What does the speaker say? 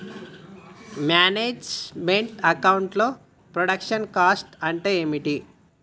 Manage meant account లో production cost అంటే ఏమిటి?